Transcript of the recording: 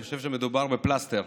אני חושב שמדובר בפלסטר,